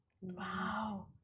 Wow